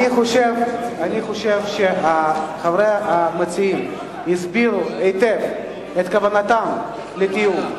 אני חושב שחברי המציעים הסבירו היטב את כוונתם לדיון.